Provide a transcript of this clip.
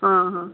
ಹಾಂ ಹಾಂ